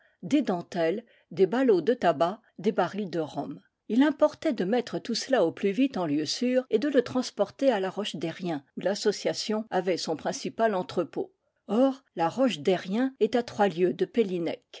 des dentelles des ballots de tabac des barils de rhum il importait de mettre tout cela au plus vite en lieu sûr et de le transporter à la roche derrien où l'association avait son principal entrepôt or la roche derrien est à trois lieues de